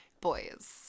boys